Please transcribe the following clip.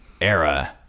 era